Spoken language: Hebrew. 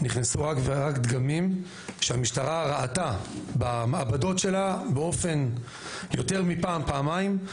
נכנסו לשם אך ורק דגמים שהמשטרה ראתה במעבדות שלה יותר מפעם פעמיים.